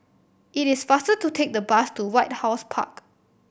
it is faster to take the bus to White House Park